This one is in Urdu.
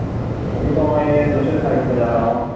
ابھی تو میں دوسری سائٹ پہ جا رہا ہوں